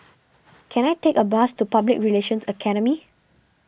can I take a bus to Public Relations Academy